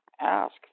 ask